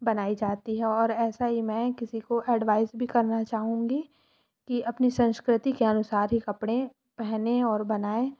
बनाई जाती है और ऐसा ही मैं किसी को एडवाइस भी करना चाहूँगी कि अपनी संस्कृति के अनुसार ही कपड़े पहने और बनाए